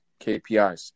KPIs